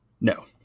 No